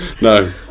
No